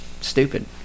stupid